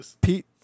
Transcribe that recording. Pete